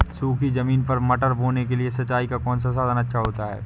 सूखी ज़मीन पर मटर बोने के लिए सिंचाई का कौन सा साधन अच्छा होता है?